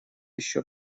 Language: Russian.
еще